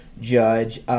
judge